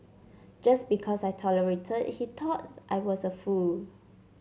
just because I tolerated he thought I was a fool